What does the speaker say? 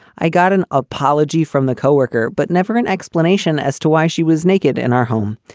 i got an apology from the co-worker, but never an explanation as to why she was naked in our home.